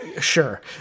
Sure